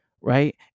right